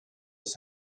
this